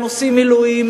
הם עושים מילואים,